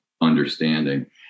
understanding